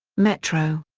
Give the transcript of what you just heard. metro.